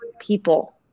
people